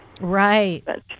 Right